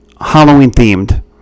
Halloween-themed